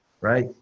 right